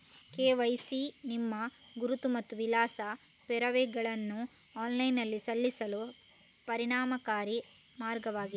KYC ನಿಮ್ಮ ಗುರುತು ಮತ್ತು ವಿಳಾಸ ಪುರಾವೆಗಳನ್ನು ಆನ್ಲೈನಿನಲ್ಲಿ ಸಲ್ಲಿಸಲು ಪರಿಣಾಮಕಾರಿ ಮಾರ್ಗವಾಗಿದೆ